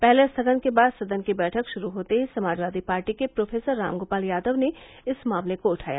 पहले स्थगन के बाद सदन की बैठक गुरू होते ही समाजवादी पार्टी के प्रोफेसर रामगोपाल यादव ने इस मामले को उठाया